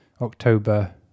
October